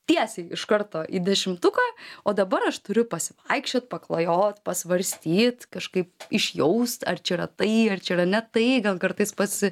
tiesiai iš karto į dešimtuką o dabar aš turiu pasivaikščiot paklajot pasvarstyt kažkaip išjaust ar čia yra tai ar čia yra ne tai gal kartais pasi